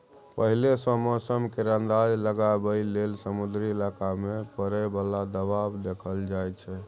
पहिले सँ मौसम केर अंदाज लगाबइ लेल समुद्री इलाका मे परय बला दबाव देखल जाइ छै